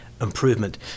improvement